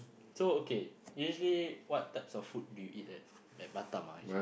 so okay usually what types of food do you eat at at Batam ah actually